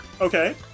Okay